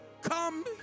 come